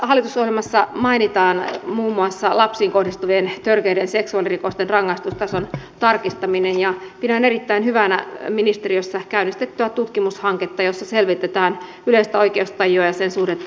hallitusohjelmassa mainitaan muun muassa lapsiin kohdistuvien törkeiden seksuaalirikosten rangaistustason tarkistaminen ja pidän erittäin hyvänä ministeriössä käynnistettyä tutkimushanketta jossa selvitetään yleistä oikeustajua ja sen suhdetta tuomitsemiskäytäntöihin